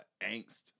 angst